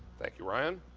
thank you ryan,